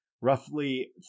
roughly